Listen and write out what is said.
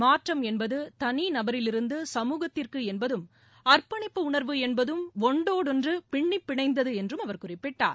மாற்றம் என்பது தனி நபரிலிருந்து சமூகத்திற்கு என்பதும் அர்ப்பணிப்பு உணர்வு என்பதும் ஒன்றோடொன்று பின்னி பிணைந்தது என்று அவர் குறிப்பிட்டார்